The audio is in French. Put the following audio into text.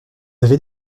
avez